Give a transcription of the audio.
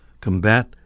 combat